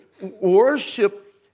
worship